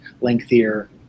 lengthier